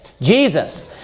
Jesus